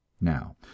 now